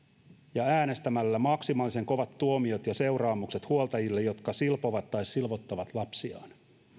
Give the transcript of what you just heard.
ja äänestämällä maksimaalisen kovat tuomiot ja seuraamukset huoltajille jotka silpovat tai silvottavat lapsiaan